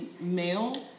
male